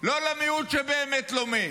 לא למיעוט שבאמת לומד,